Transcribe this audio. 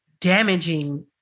damaging